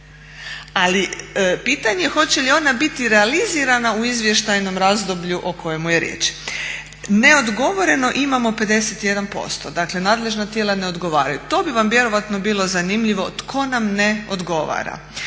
ali pitanje je hoće li ona biti realizirana u izvještajnom razdoblju o kojemu je riječ. Neodgovoreno imamo 51%. Dakle, nadležna tijela ne odgovaraju. To bi vam vjerojatno bilo zanimljivo tko nam ne odgovara.